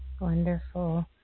Wonderful